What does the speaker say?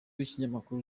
w’ikinyamakuru